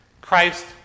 christ